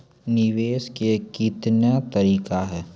निवेश के कितने तरीका हैं?